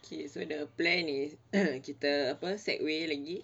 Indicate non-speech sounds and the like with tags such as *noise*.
K so the plan is *noise* kita apa segway lagi